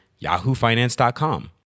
yahoofinance.com